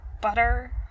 Butter